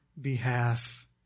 behalf